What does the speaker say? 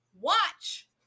watch